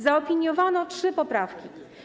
Zaopiniowano 3 poprawki.